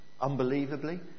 Unbelievably